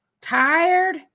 tired